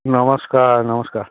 নমস্কাৰ নমস্কাৰ